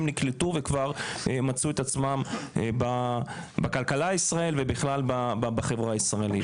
נקלטו ומצאו עצמם כבר בכלכלה ובחברה הישראלית.